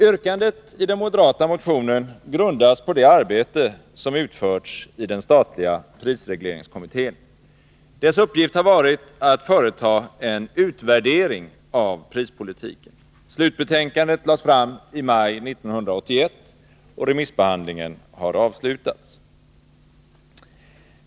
Yrkandet i den moderata motionen grundas på det arbete som utförts i den statliga prisregleringskommittén. Dess uppgift har varit att företa en utvärdering av prispolitiken. Slutbetänkandet lades fram i maj 1981, och remissbehandlingen har avslutats.